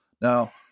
Now